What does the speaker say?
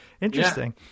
Interesting